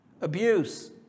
Abuse